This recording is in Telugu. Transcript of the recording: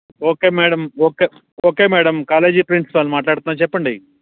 okay madam okay okay madam college principal మాట్లాడుతున్నాను చెప్పండి